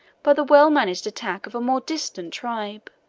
by the well-managed attack of a more distant tribe.